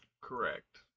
Correct